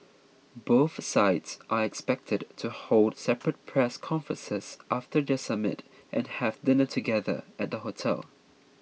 both sides are expected to hold separate press conferences after their summit and have dinner together at the hotel